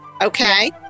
Okay